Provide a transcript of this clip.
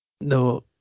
No